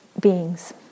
beings